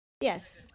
Yes